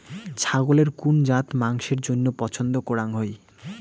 ছাগলের কুন জাত মাংসের জইন্য পছন্দ করাং হই?